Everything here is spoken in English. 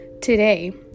today